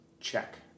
Check